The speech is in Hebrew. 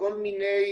כל מיני